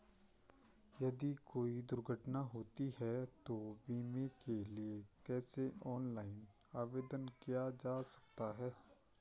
यदि कोई दुर्घटना होती है तो बीमे के लिए कैसे ऑनलाइन आवेदन किया जा सकता है?